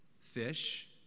fish